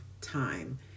time